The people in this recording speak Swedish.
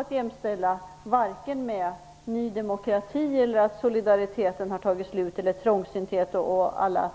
Detta är inte alls detsamma som Ny demokratis åsikter, att solidariteten har tagit slut, trångsynthet eller alla